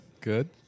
good